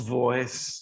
voice